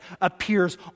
appears